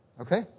okay